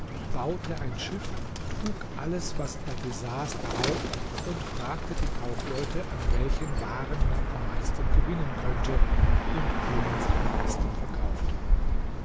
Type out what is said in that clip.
baute ein schiff trug alles was er besaß darauf und fragte die kaufleute an welchen waren man am meisten gewinnen könnte und wo man sie am besten verkaufte